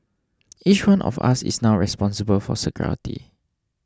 each one of us is now responsible for security